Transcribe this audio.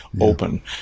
open